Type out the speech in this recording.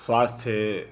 स्वास्थ्य